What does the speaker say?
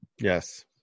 Yes